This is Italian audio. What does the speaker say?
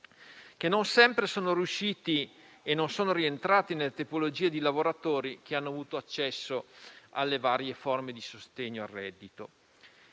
che non sempre sono rientrati nelle tipologie di lavoratori che hanno avuto accesso alle varie forme di sostegno al reddito.